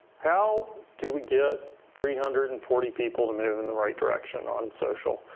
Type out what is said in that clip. how do we get three hundred and forty people to move in the right direction on social?